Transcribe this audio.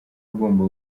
agomba